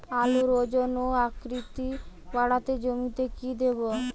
আলুর ওজন ও আকৃতি বাড়াতে জমিতে কি দেবো?